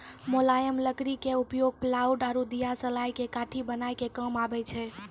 मुलायम लकड़ी के उपयोग प्लायउड आरो दियासलाई के काठी बनाय के काम मॅ आबै छै